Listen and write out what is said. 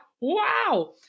wow